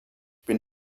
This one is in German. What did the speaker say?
bin